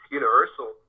universal